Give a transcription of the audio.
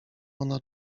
ona